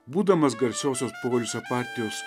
būdamas garsiosios poilsio partijos